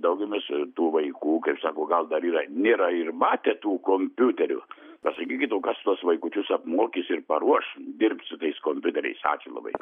daugumos tų vaikų kaip sako gal dar yra nėra ir matę tų kompiuterių sakykit o kas tuos vaikučius apmokys ir paruoš dirbt su tais kompiuteriais ačiū labai